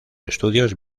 estudios